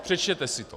Přečtěte si to.